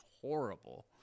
horrible